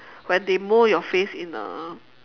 when they mold your face in a